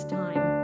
time